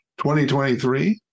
2023